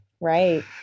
Right